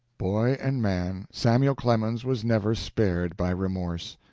boy and man, samuel clemens was never spared by remorse.